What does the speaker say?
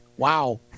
Wow